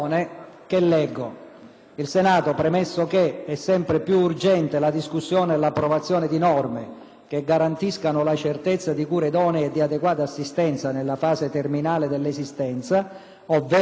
che garantiscano la certezza di cure idonee e di adeguata assistenza nella fase terminale dell'esistenza ovvero quando le condizioni personali non consentano di provvedere in maniera autonoma alle necessità vitali fondamentali,